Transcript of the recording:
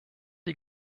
die